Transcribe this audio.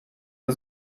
der